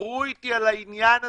דיברו איתי על העניין הזה,